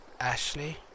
Ashley